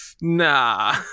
nah